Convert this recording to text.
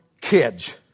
kids